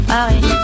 Paris